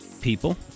people